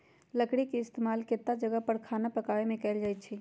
लकरी के इस्तेमाल केतता जगह पर खाना पकावे मे कएल जाई छई